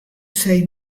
say